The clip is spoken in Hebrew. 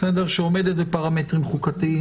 שעומדת בפרמטרים חוקתיים,